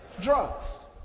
Drugs